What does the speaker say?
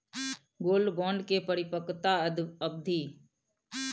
Gold bond के परिपक्वता अवधि?